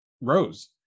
Rose